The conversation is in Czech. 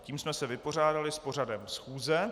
Tím jsme se vypořádali s pořadem schůze.